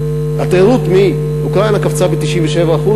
התיירות מאוקראינה קפצה ב-97%,